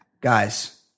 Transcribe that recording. Guys